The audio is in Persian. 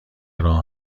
راه